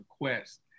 request